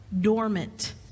dormant